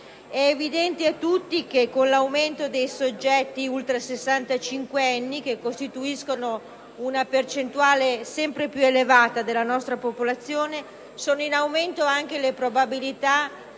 È evidente a tutti che con l'aumento dei soggetti ultrasessantacinquenni, che costituiscono una percentuale sempre più elevata della nostra popolazione, sono in aumento anche le probabilità